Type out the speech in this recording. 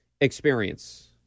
experience